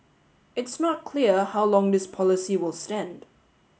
it's not clear how long this policy will stand